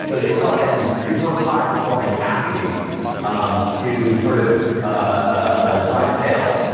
so they brought in these super high performing athletes to sort of ah drive sales.